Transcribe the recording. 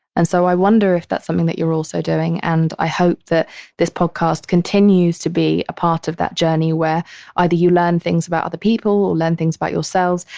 and so i wonder if that's something that you're also doing. and i hope that this podcast continues to be a part of that journey where either you learn things about other people or learn things about yourselves.